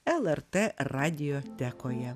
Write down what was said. lrt radiotekoje